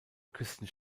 küsten